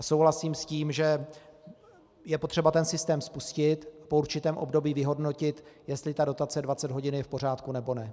Souhlasím s tím, že je potřeba systém spustit a po určitém období vyhodnotit, jestli dotace 20 hodin je v pořádku, nebo ne.